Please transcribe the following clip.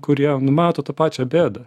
kurie nu mato tą pačią bėdą